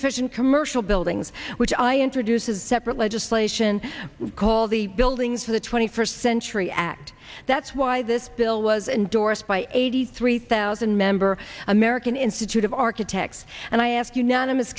efficient commercial buildings which i introduce a separate legislation called the buildings of the twenty first century act that's why this bill was endorsed by eighty three thousand member american institute of architects and i ask